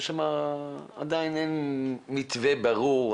עדיין אין מתווה ברור,